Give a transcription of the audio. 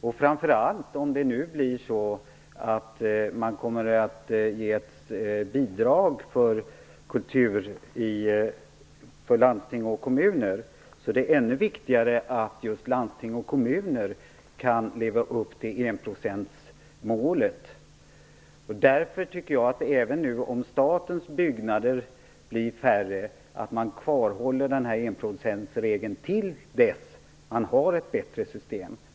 Om man nu kommer att ge bidrag för kultur till landsting och kommuner, blir det ännu viktigare att just landsting och kommuner kan leva upp till enprocentsmålet. Därför tycker jag vi, även om statens byggnader blir färre, kvarhåller enprocentsregeln tills vi har ett bättre system.